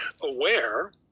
aware